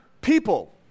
people